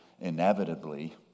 inevitably